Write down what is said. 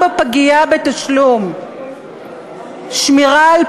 ב"הדסה" חולה רגיל, מטופל רגיל,